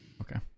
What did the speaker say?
Okay